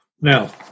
Now